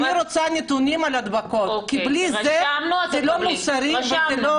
אני רוצה נתונים על הדבקות כי בלי זה לא מוסרי ולא